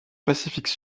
pacifique